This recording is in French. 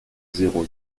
zéro